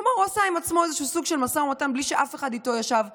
כלומר הוא עשה עם עצמו איזשהו משא ומתן בלי שאף אחד ישב איתו,